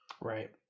Right